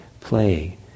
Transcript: play